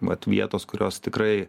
vat vietos kurios tikrai